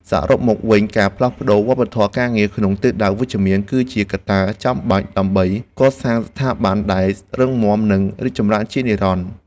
សរុបមកវិញ ការផ្លាស់ប្តូរវប្បធម៌ការងារក្នុងទិសដៅវិជ្ជមាន គឺជាកត្តាចាំបាច់ដើម្បីកសាងស្ថាប័នដែលរឹងមាំនិងរីកចម្រើនជានិរន្តរ៍។